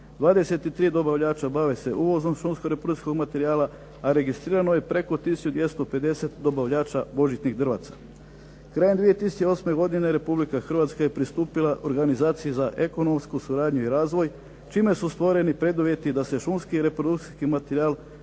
23 dobavljača bave se uvozom šumskog reprodukcijskog materijala, a registrirano je preko 1250 dobavljača božićnih drvaca. Krajem 2008. godine Republika Hrvatska je pristupila organizaciji za ekonomsku suradnju i razvoj čime su stvoreni preduvjeti da se šumski reprodukcijski materijal